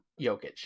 Jokic